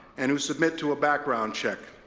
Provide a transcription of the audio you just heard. and who submit to a background check.